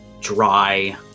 dry